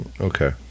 okay